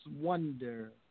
wonder